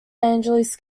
angeles